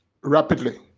rapidly